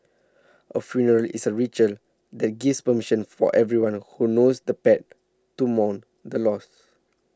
a funeral is a ritual that gives permission for everyone who knows the pet to mourn the loss